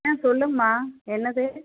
ஆ சொல்லுங்கம்மா என்னது